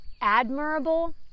admirable